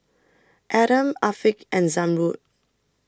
Adam Afiq and Zamrud